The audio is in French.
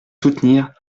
soutenir